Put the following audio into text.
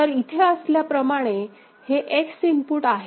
तर इथे असल्याप्रमाणे हे X इनपुट आहे